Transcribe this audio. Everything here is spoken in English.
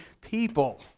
people